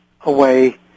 away